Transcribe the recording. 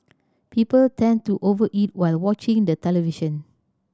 people tend to over eat while watching the television